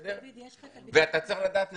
זה דור הולך ונעלם.